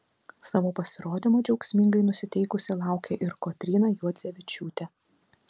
savo pasirodymo džiaugsmingai nusiteikusi laukė ir kotryna juodzevičiūtė